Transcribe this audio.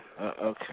Okay